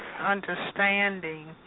understanding